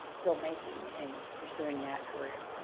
film making and and pursuing that career.